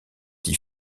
qui